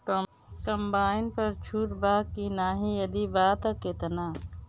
Combine पर छूट बा की नाहीं यदि बा त केतना?